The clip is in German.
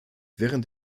während